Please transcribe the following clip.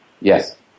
Yes